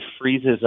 freezes